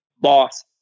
boss